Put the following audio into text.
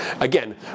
again